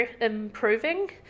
improving